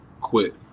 quit